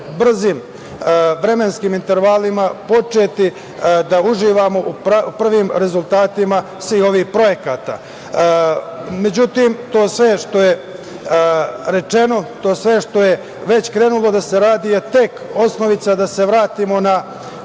brzim vremenskim intervalima početi da uživamo u prvim rezultatima svih ovih projekata. Međutim, to sve što je rečeno, to sve što je već krenulo da se radi je tek osnovica da se vratimo na